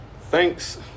thanks